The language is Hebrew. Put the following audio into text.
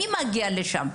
מי מגיע לשם?